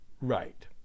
Right